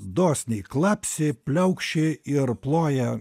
dosniai klapsi pliaukši ir ploja